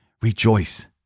Rejoice